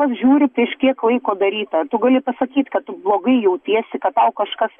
pažiūri prieš kiek laiko daryta tu gali pasakyt kad tu blogai jautiesi tau kažkas